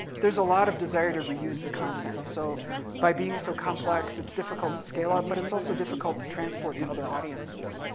there's a lot of desire to reuse the content so by being so complex, it's difficult to scale up, but it's also difficult to transport to other audiences.